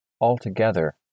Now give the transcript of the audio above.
altogether